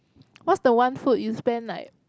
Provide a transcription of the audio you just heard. what is the one food you spend like